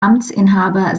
amtsinhaber